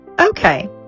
okay